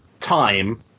time